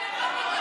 מתמטיקה.